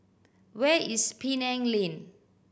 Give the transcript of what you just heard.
where is Penang Lane